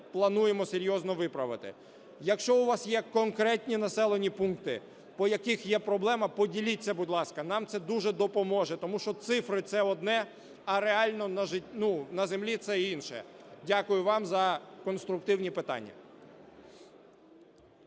плануємо серйозно виправити. Якщо у вас є конкретні населені пункти, по яких є проблема, поділіться, будь ласка, нам це дуже допоможе, тому що цифри – це одне, а реально на землі – це інше. Дякую вам за конструктивні питання.